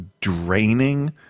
draining